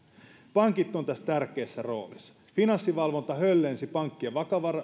pankit ovat tässä tärkeässä roolissa finanssivalvonta höllensi pankkien